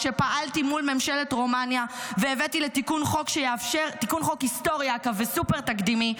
כשפעלתי מול ממשלת רומניה והבאתי לתיקון חוק היסטורי וסופר-תקדימי,